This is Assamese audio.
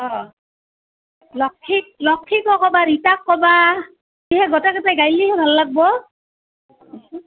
অ' লক্ষীক লক্ষীকো ক'বা ৰিতাক ক'বা তেহে গোটেই কেইটাই গালেহে ভাল লাগিব